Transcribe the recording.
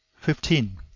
fifteen.